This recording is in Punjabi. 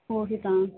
ਉਹ ਹੀ ਤਾਂ